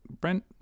Brent